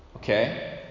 Okay